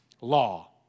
law